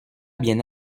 bien